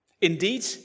Indeed